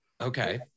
Okay